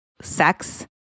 sex